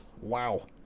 wow